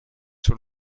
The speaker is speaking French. sous